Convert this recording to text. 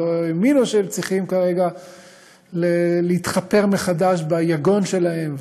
ולא האמינו שהם צריכים כרגע להתחפר מחדש ביגון שלהם,